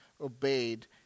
obeyed